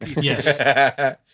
Yes